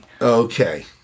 Okay